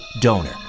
donor